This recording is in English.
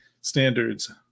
standards